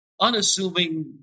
unassuming